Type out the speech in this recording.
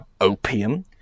opium